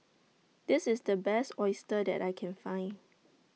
This IS The Best Oyster that I Can Find